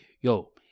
yo